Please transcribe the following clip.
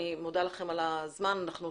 אני רוצה